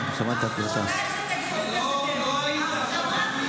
היא אמרה את זה, אבי מעוז אמר את זה.